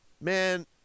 man